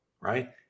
right